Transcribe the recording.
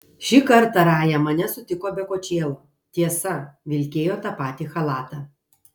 šį kartą raja mane sutiko be kočėlo tiesa vilkėjo tą patį chalatą